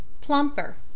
plumper